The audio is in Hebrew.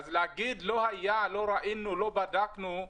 אז להגיד לא היה, לא ראינו, לא בדקנו,